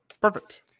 perfect